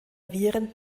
viren